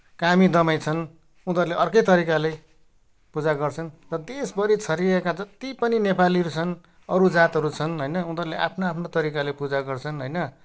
कामी दमाई छन् उनीहरूले अर्कै तरिकाले पूजा गर्छन् र देशभरि छरिएका जत्ति पनि नेपालीहरू छन् अरू जातहरू छन् होइन उनीहरूले आफ्नो आफ्नो तरिकाले पूजा गर्छन् होइन